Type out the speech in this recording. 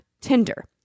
Tinder